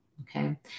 Okay